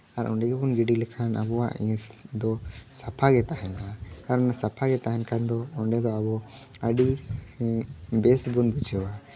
ᱟᱨ ᱚᱸᱰᱮ ᱜᱮᱵᱚᱱ ᱜᱤᱰᱤ ᱞᱮᱠᱷᱟᱱ ᱟᱵᱚᱣᱟᱜ ᱤᱭᱩᱥ ᱫᱚ ᱥᱟᱯᱷᱟ ᱜᱮ ᱛᱟᱦᱮᱱᱟ ᱟᱨ ᱚᱱᱟ ᱥᱟᱯᱷᱟ ᱜᱮ ᱛᱟᱦᱮᱱ ᱠᱷᱟᱱ ᱫᱚ ᱚᱸᱰᱮ ᱫᱚ ᱟᱵᱚ ᱟᱹᱰᱤ ᱵᱮᱥ ᱵᱚᱱ ᱵᱩᱡᱷᱟᱹᱣᱟ